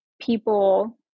people